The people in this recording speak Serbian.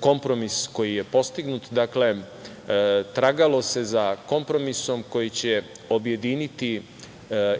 kompromis koji je postignut, dakle, tragalo se za kompromisom koji će objediniti